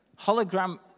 hologram